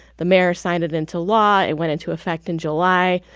the mayor signed it into law. it went into effect in july.